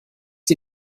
die